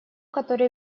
которые